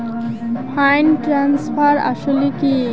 Fund transfer আসলে কী?